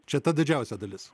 čia ta didžiausia dalis